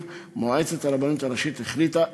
מועצת הרבנות הראשית החליטה אמש,